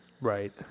Right